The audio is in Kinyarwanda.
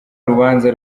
urubanza